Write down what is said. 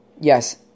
yes